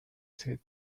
said